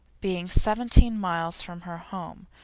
being seventeen miles from her home,